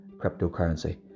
cryptocurrency